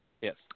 Yes